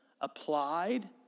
applied